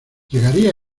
llegaría